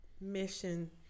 mission